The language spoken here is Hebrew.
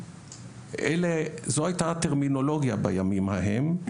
זו הייתה הטרמינולוגיה בימים ההם.